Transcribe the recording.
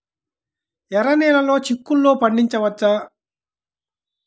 ఎర్ర నెలలో చిక్కుల్లో పండించవచ్చా?